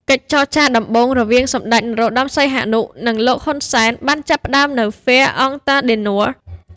កិច្ចចរចាដំបូងរវាងសម្តេច នរោត្តម សីហនុ និងលោក ហ៊ុន សែន បានចាប់ផ្តើមនៅ ហ្វែរ អង់ តាដឺនួស Fère-en-Tardenois។